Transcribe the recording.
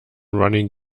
running